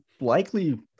likely